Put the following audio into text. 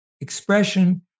expression